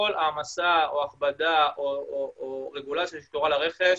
כל העמסה או הכבדה או רגולציה שקשורה לרכש,